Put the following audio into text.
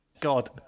God